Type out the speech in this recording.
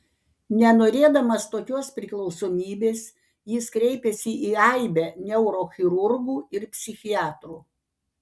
nenorėdamas tokios priklausomybės jis kreipėsi į aibę neurochirurgų ir psichiatrų